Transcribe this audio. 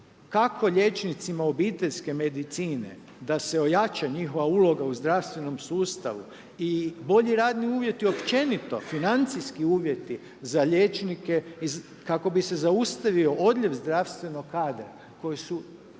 kako liječnicima obiteljske medicine da se ojača njihova uloga u zdravstvenom sustavu i bolji radni uvjeti općenito, financijski uvjeti za liječnike kako bi se zaustavio odljev zdravstvenog kadra koji su